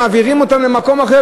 מעבירים אותם למקום אחר,